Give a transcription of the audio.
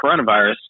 coronavirus